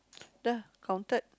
ya counted